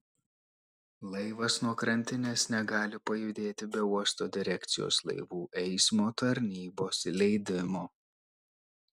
laivas nuo krantinės negali pajudėti be uosto direkcijos laivų eismo tarnybos leidimo